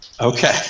Okay